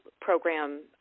program